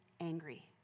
angry